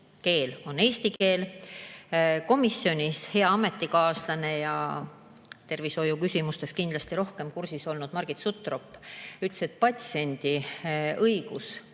on eesti keel. Komisjonis hea ametikaaslane ja tervishoiuküsimustega kindlasti rohkem kursis olnud Margit Sutrop ütles, et patsiendil on õigus